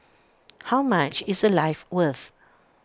how much is A life worth